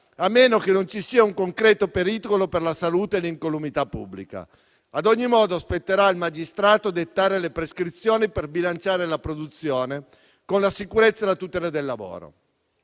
a meno che non ci sia un concreto pericolo per la salute e l'incolumità pubblica. Ad ogni modo, spetterà al magistrato dettare le prescrizioni per bilanciare la produzione con la sicurezza e la tutela del lavoro.